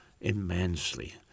immensely